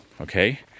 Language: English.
Okay